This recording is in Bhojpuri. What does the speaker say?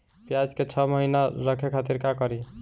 प्याज के छह महीना रखे खातिर का करी?